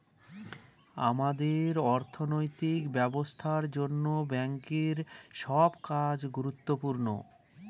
আমাদের অর্থনৈতিক ব্যবস্থার জন্য ব্যাঙ্কের সব কাজ গুরুত্বপূর্ণ